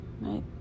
right